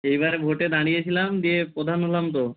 এইবারে ভোটে দাঁড়িয়েছিলাম দিয়ে প্রধান হলাম তো